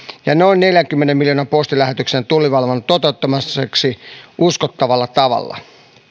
ja noin neljänkymmenen miljoonan postilähetyksen tullivalvonnan toteuttamiseksi uskottavalla tavalla